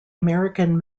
american